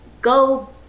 go